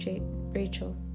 Rachel